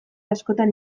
askotan